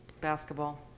Basketball